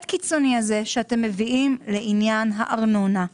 קיצוני הזה שאתם מביאים לעניין הארנונה?